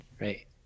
Right